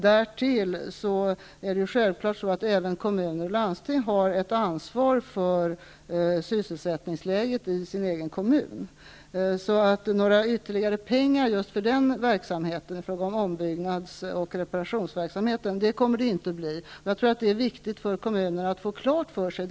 Därtill har självfallet även kommuner och landsting ett ansvar för sysselsättningsläget inom den egna kommunen. Några ytterligare penger just för ombyggnads och reparationsverksamheten kommer det alltså inte att bli. Det är viktigt för kommunerna att få detta klart för sig.